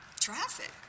Traffic